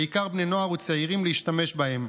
בעיקר בני נוער וצעירים, להשתמש בהם.